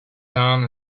down